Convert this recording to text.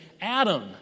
Adam